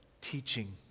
teaching